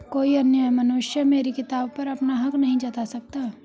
कोई अन्य मनुष्य मेरी किताब पर अपना हक नहीं जता सकता